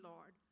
Lord